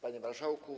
Panie Marszałku!